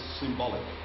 symbolic